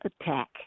attack